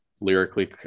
Lyrically